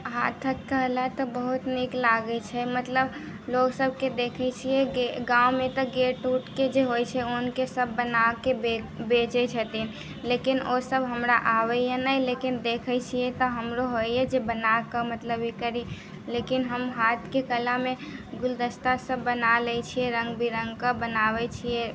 हाथक कला तऽ बहुत नीक लागैत छै मतलब लोकसभके देखैत छियै गे गाममे तऽ गेट ऊटके जे होइत छै हुनके सभ बना कऽ बे बेचैत छथिन लेकिन ओसभ हमरा आबैए नहि लेकिन देखै छियै तऽ हमरो होइए जे कि बना कऽ मतलब ई करी लेकिन हम हाथके कलामे गुलदस्तासभ बना लैत छी रङ्ग बिरङ्गके बनाबैत छियै